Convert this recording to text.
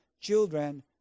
children